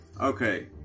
Okay